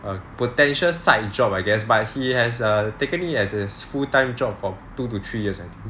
a potential side job I guess but he has taken it as his full time job for two to three years I think